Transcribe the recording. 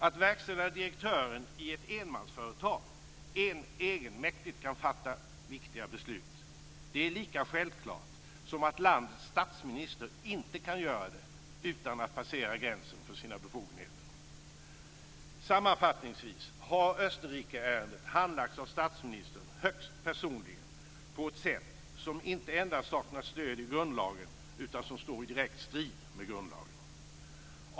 Att verkställande direktören i ett enmansföretag egenmäktigt kan fatta viktiga beslut är lika självklart som att landets statsminister inte kan göra det utan att passera gränsen för sina befogenheter. Sammanfattningsvis har Österrikeärendet handlagts av statsministern högst personligen på ett sätt som inte endast saknar stöd i grundlagen utan som står i direkt strid med den.